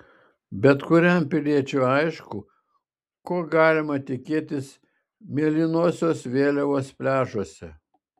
bet kuriam piliečiui aišku ko galima tikėtis mėlynosios vėliavos pliažuose